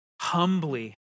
humbly